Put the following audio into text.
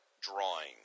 drawing